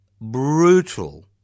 brutal